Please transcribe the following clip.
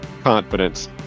confidence